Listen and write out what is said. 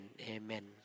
Amen